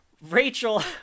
rachel